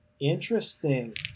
Interesting